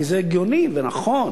כי זה הגיוני ונכון